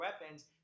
weapons